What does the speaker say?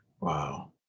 Wow